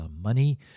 money